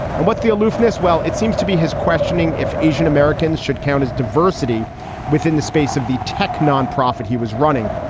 and what's the aloofness? well, it seems to be his quest. chinning if asian-americans should count as diversity within the space of the tech nonprofit he was running.